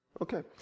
Okay